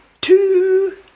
two